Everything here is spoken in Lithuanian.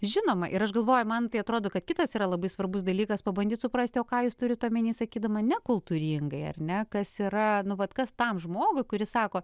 žinoma ir aš galvoju man tai atrodo kad kitas yra labai svarbus dalykas pabandyt suprasti ką jūs turite omeny sakydama nekultūringai ar ne kas yra nu vat kas tam žmogui kuris sako